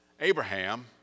Abraham